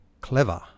clever